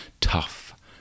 tough